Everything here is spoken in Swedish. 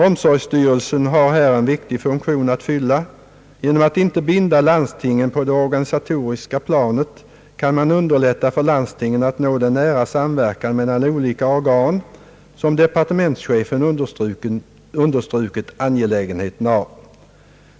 Omsorgsstyrelsen har här en viktig funktion att fylla. Genom att inte binda landstingen på det organisatoriska planet kan man underlätta för landstingen att nå den nära samverkan mellan olika organ, som departementschefen understrukit angelägenheten av.